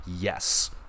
Yes